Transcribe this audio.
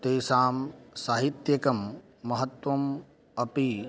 तेषां साहित्यिकं महत्त्वम् अपि